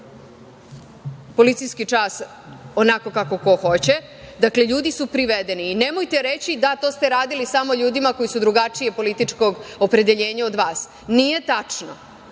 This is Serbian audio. policijski čas onako kako ko hoće. Ljudi su privedeni. I nemojte reći - da, to ste radili samo ljudima koji su drugačijeg političkog opredeljenja od vas. Nije tačno.